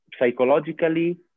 psychologically